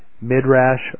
Midrash